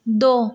दो